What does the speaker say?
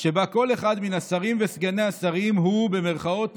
שבה כל אחד מן השרים וסגני השרים הוא 'נאמנו'